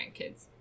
grandkids